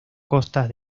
costas